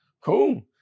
cool